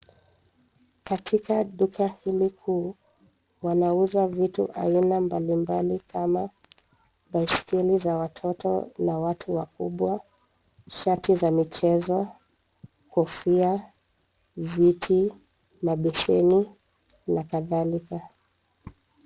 Katika duka hili kuu, wanauza vitu aina mbalimbali kama baiskeli za watoto na watu wakubwa, shati za michezo, kofia, viti, mabeseni na kadhalika.